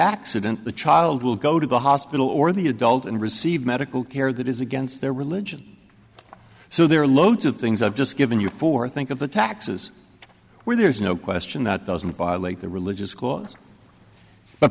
accident the child will go to the hospital or the adult and receive medical care that is against their religion so there are loads of things i've just given you for think of the taxes where there's no question that doesn't violate the religious